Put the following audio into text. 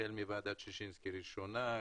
החל מוועדת ששינסקי הראשונה,